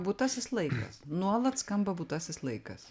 būtasis laikas nuolat skamba būtasis laikas